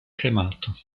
cremato